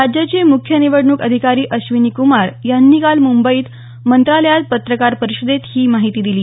राज्याचे मुख्य निवडणूक अधिकारी अश्वनी कुमार यांनी काल मुंबईत मंत्रालयात पत्रकार परिषदेत ही माहिती दिली